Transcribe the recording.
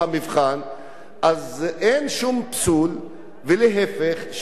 אין שום פסול, ולהיפך, שיעשו הסטודנטים